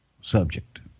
subject